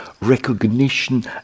recognition